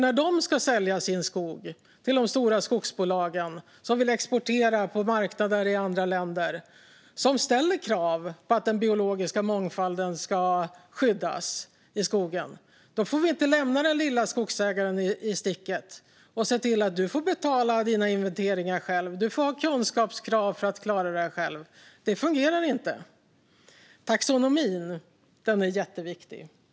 När de ska sälja sin skog till de stora skogsbolagen, som vill exportera till marknader i andra länder och ställer krav på att den biologiska mångfalden i skogen ska skyddas, får vi inte lämna den lilla skogsägaren i sticket och säga: "Du får betala dina inventeringar själv. Du får ha kunskap att klara detta själv." Det fungerar inte, Taxonomin är jätteviktig.